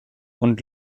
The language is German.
und